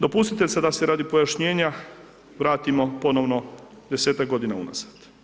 Dopustite sad da se radi pojašnjenja vratimo ponovno 10-tak godina unazad.